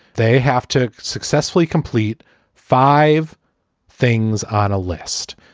they have to successfully complete five things on a list.